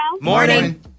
Morning